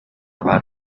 raw